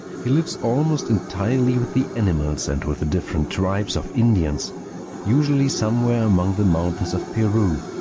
he lives almost entirely with the animals and with the different tribes of indians usually somewhere among the mountains of peru.